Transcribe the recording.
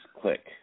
click